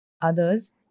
Others